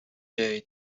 day